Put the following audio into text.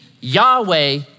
Yahweh